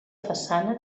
façana